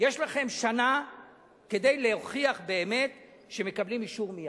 יש לכם שנה כדי להוכיח באמת שמקבלים אישור מייד.